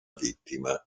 vittima